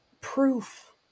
Proof